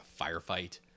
firefight